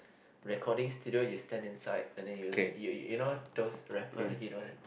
recording studio you stand inside and then you you you know those rapper you know